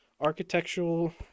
architectural